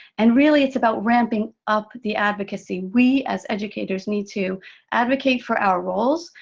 and really it's about ramping up the advocacy. we, as educators, need to advocate for our roles.